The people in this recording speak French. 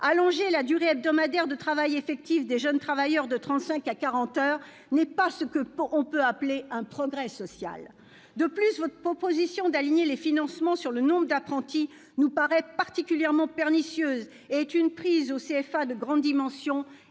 allonger la durée hebdomadaire de travail effectif des jeunes travailleurs de 35 heures à 40 heures n'est pas ce que l'on peut appeler un progrès social. De plus, votre proposition d'aligner les financements sur le nombre d'apprentis nous paraît particulièrement pernicieuse. C'est une prime aux CFA de grande dimension